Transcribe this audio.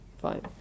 Fine